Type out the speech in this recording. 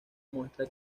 muestra